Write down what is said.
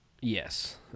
Yes